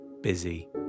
Busy